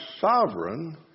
sovereign